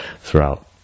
throughout